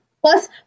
Plus